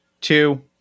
two